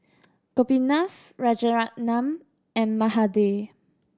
Gopinath Rajaratnam and Mahade